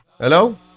Hello